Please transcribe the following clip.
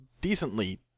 decently